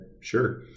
sure